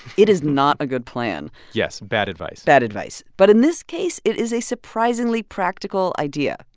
it is not a good plan yes, bad advice bad advice but in this case, it is a surprisingly practical idea.